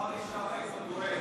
מחר היא שרה איתו דואט.